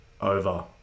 over